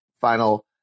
final